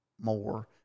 more